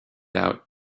out